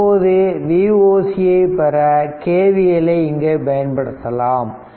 இப்போது Voc ஐ பெற KVL ஐ இங்கே பயன்படுத்தலாம்